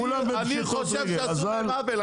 אני חושב שעשו להם עוול,